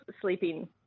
sleeping